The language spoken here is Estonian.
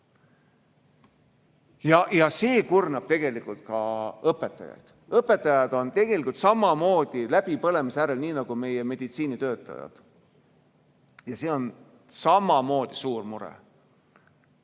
See kurnab tegelikult ka õpetajaid. Õpetajad on samamoodi läbipõlemise äärel, nii nagu meditsiinitöötajad. See on samamoodi suur mure.